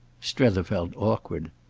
strether felt awkward.